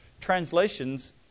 translations